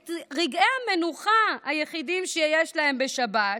את רגעי המנוחה היחידים שיש להם בשבת,